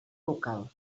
local